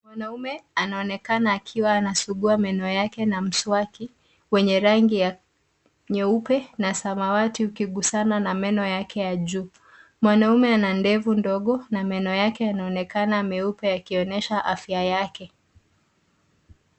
Mwanaume anaonekana akiwa anasugua meno yake na mswaki wenye rangi ya nyeupe na samawati ukigusana na meno yake ya juu. Mwanaume ana ndevu ndogo na meno yake yanaonekana meupe yakionyesha afya yake.